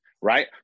right